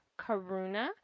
Karuna